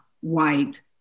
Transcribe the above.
white